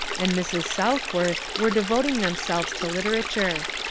and mrs. southworth were devoting themselves to literature.